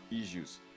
issues